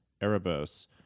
Erebos